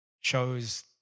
shows